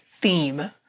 theme